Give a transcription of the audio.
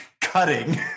Cutting